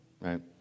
Right